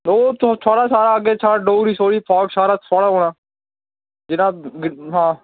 ओह् थ थुआढ़ा सारा अग्गें शा डोगरी शोगरी फोक सारा थुआढ़ा होना जेह्ड़ा गी हां